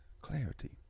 clarity